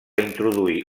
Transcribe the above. introduir